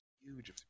huge